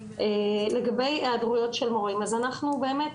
לגבי היעדרויות של מורים-אז אנחנו באמת,